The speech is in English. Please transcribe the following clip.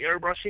airbrushing